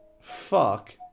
fuck